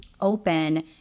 open